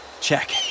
check